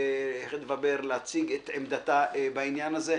חדוה בר להציג את עמדתה בנושא,